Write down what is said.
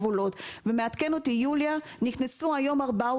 אנשי משרד החוץ אולי חוצים את הגבולות ועד 18:00 בערב הם כן שם,